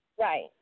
Right